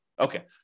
Okay